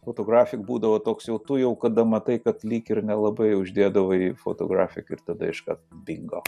fotografik būdavo toks jau tu jau kada matai kad lyg ir nelabai uždėdavai fotografik ir tada iškart bingo